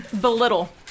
Belittle